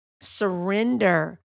surrender